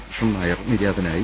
കൃഷ്ണൻനായർ നിര്യാതനായി